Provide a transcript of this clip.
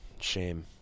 shame